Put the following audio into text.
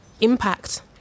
impact